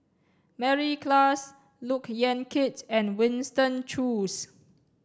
Mary Klass Look Yan Kit and Winston Choos